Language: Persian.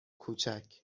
کوچک